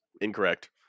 Incorrect